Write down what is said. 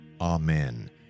Amen